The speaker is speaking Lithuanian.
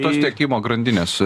tos tiekimo grandinės